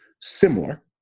similar